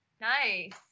Nice